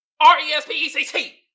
R-E-S-P-E-C-T